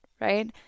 Right